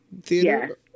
theater